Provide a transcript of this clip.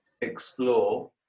explore